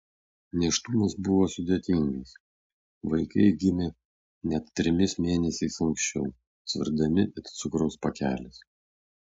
nėštumas buvo sudėtingas vaikai gimė net trimis mėnesiais anksčiau sverdami it cukraus pakelis